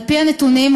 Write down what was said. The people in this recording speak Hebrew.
על-פי הנתונים,